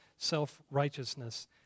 self-righteousness